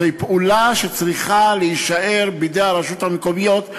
זוהי פעולה שצריכה להישאר בידי הרשויות המקומיות,